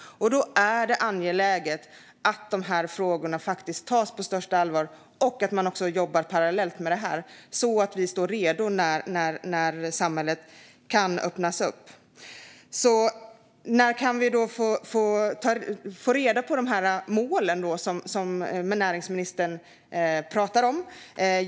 Då är det angeläget att dessa frågor tas på största allvar och att man jobbar parallellt med detta så att vi står redo när samhället kan öppnas upp. När får vi besked om de mål som näringsministern pratar om?